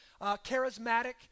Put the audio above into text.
charismatic